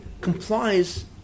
complies